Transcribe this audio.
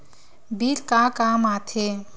Bill का काम आ थे?